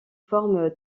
forme